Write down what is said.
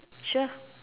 sure